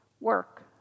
Work